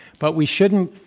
but we shouldn't,